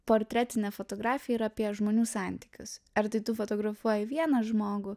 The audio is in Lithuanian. portretinė fotografija yra apie žmonių santykius ar tai tu fotografuoji vieną žmogų